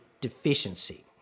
deficiency